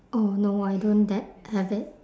oh no I don't that have it